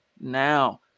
now